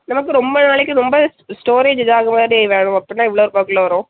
நமக்கு ரொம்ப நாளைக்கு ரொம்ப ஸ் ஸ்டோரேஜ்தான் இதாகுற மாதிரி வேறு அப்புடினா எவ்வளோ ருபாய்க்குள்ளே வரும்